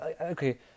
Okay